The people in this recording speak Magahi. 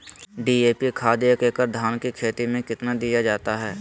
डी.ए.पी खाद एक एकड़ धान की खेती में कितना दीया जाता है?